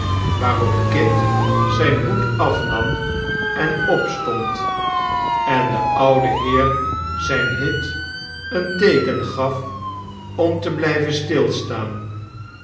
waarop kit zijn hoed afnam en opstond en de oude heer zijn hit een teeken gaf om te blijven stilstaan